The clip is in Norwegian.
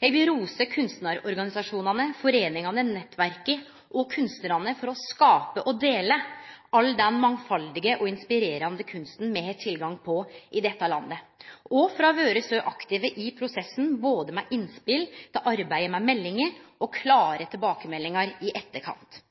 Eg vil rose kunstnarorganisasjonane, foreiningane, nettverka og kunstnarane for å skape og dele all den mangfaldige og inspirerande kunsten me har tilgang på i dette landet, og for å ha vore så aktive i prosessen, både med innspel til arbeidet med meldinga og med klare tilbakemeldingar i etterkant.